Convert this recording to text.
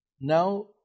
Now